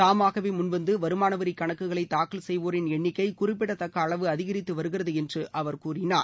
தாமாகவே முன்வந்து வருமான வரி கணக்குகளை தாக்கல் செய்வோரின் எண்ணிக்கை குறிப்பிடத்தக்க அளவு அதிகரித்து வருகிறது என்று அவர் கூறினார்